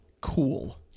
Cool